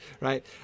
right